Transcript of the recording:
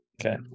okay